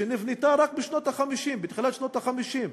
שנבנתה רק בתחילת שנות ה-50.